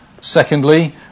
Secondly